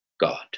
God